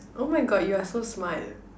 oh my God you're so smart